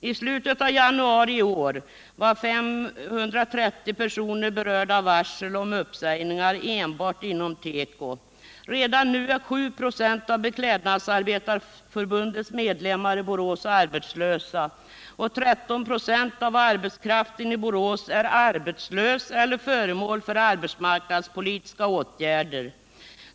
I slutet av januari i år var 530 personer berörda av varsel om uppsägningar enbart inom teko. Redan nu är 7 96 av Beklädnadsarbetarnas förbunds medlemmar i Borås arbetslösa, och 13 96 av arbetskraften i Borås är arbetslösa eller föremål för arbetsmarknadspolitiska åtgärder.